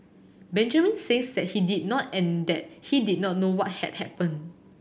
Benjamin says that he did not and that he did not know what had happened